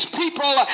people